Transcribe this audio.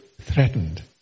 threatened